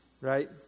right